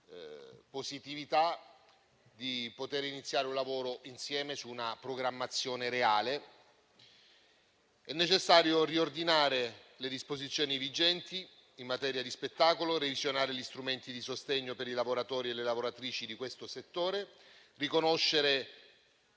necessario iniziare un lavoro insieme su una programmazione reale, con accurata positività. È necessario riordinare le disposizioni vigenti in materia di spettacolo; revisionare gli strumenti di sostegno per i lavoratori e le lavoratrici di questo settore; riconoscere